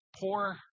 poor